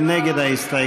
מי נגד ההסתייגות?